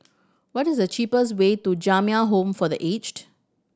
what is the cheapest way to Jamiyah Home for The Aged